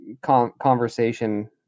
conversation